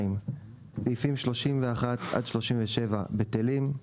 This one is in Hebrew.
סעיפים 31 עד 37, בטלים,